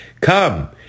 Come